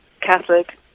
Catholic